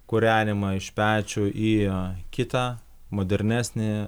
kūrenimą iš pečių į kitą modernesnį